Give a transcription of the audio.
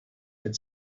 had